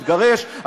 מתגרש,